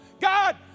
God